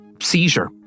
seizure